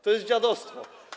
To jest dziadostwo.